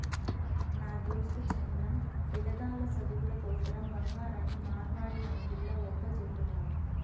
నా దోస్తు చంద్రం, పిలగాల్ల సదువుల కోసరం బంగారాన్ని మార్వడీ అంగిల్ల ఒప్పజెప్పినాడు